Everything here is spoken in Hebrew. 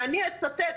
ואני אצטט,